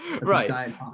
right